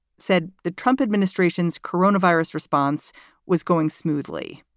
said the trump administration's coronavirus response was going smoothly.